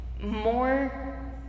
more